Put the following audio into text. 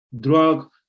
drug